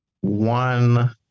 one